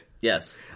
Yes